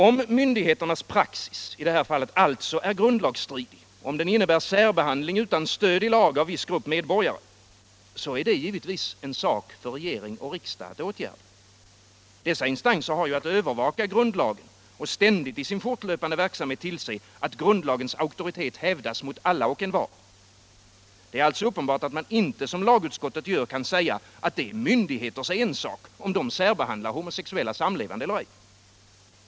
Om myndigheternas praxis i det här fallet alltså är grundlagsstridig, om den innebär särbehandling utan stöd i lag av vissa grupper medborgare, då är det givetvis en sak för regering och riksdag att åtgärda. Dessa instanser har att övervaka grundlagens efterlevnad och ständigt i sin fortlöpande verksamhet tillse att grundlagens auktoritet hävdas mot alla och envar. Det är alltså uppenbart att man inte, som lagutskottet gör, kan säga att det är myndigheternas ensak om de särbehandlar homosexuella samlevande eller ej.